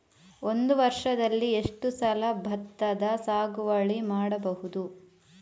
ಒಂದು ವರ್ಷದಲ್ಲಿ ಎಷ್ಟು ಸಲ ಭತ್ತದ ಸಾಗುವಳಿ ಮಾಡಬಹುದು?